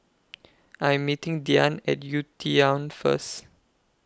I Am meeting Dyan At UTown First